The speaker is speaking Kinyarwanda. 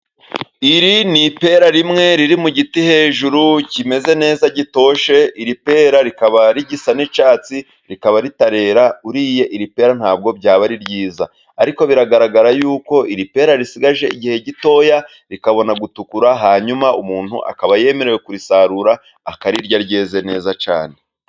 Iri ni ipera rimwe riri mu giti hejuru kimeze neza gitoshye, iri pera rikaba rigisa n'icyatsi rikaba ritarera uriye iri pera ntabwo ryaba ari ryiza, ariko biragaragara yuko iri pera risigaje igihe gitoya rikabona gutukura, hanyuma umuntu akaba yemerewe kurisarura akarirya ryeze neza cyane.